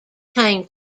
came